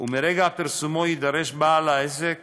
ומרגע פרסומו יידרש בעל העסק